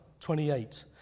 28